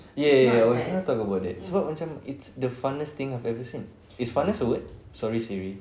ya ya ya ya I was going to talk about that macam it's the funnest thing I've every seen is funnest a word sorry SIRI